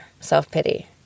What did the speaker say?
self-pity